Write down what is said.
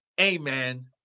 Amen